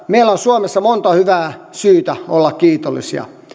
meillä on suomessa monta hyvää syytä olla kiitollisia